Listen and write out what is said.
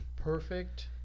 Perfect